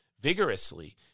vigorously